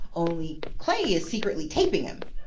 only, clay is secretly taping him.